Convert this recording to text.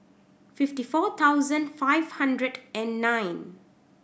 fifty four thousand five hundred and nine